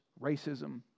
racism